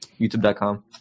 youtube.com